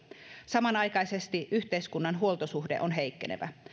samanaikaisesti yhteiskunnan huoltosuhde on heikkenevä